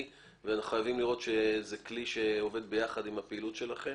חייבים לראות שזה כלי שעובד ביחד עם הפעילות שלכם.